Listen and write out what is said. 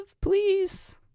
please